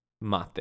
mate